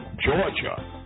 Georgia